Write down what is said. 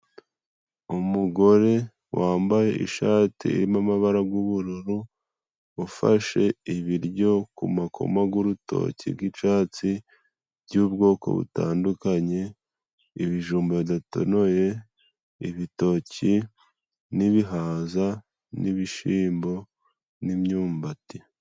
Umugore wambaye ishati irimo amabara g'ubururu, ufashe ibiryo ku makoma g'urutoki g'icatsi by'ubwoko butandukanye :ibijumba bidatonoye, ibitoki ,n'ibihaza n'ibishimbo, n'imyumbati.